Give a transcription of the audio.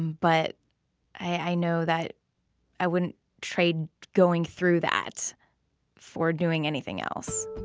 but i know that i wouldn't trade going through that for doing anything else